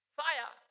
fire